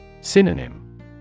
Synonym